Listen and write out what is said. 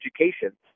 education